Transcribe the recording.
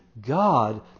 God